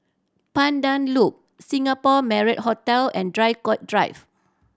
Pandan Loop Singapore Marriott Hotel and Draycott Drive